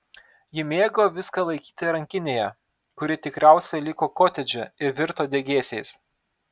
ji mėgo viską laikyti rankinėje kuri tikriausiai liko kotedže ir virto degėsiais